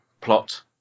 plot